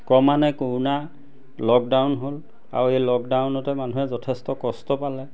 ক্ৰমান্বয়ে corona lockdown হ'ল আৰু এই লকডাউনতে মানুহে যথেষ্ট কষ্ট পালে